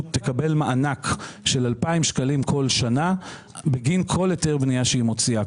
תקבל מענק של 2,000 שקלים כל שנה בגין כל היתר בנייה שהיא מוציאה.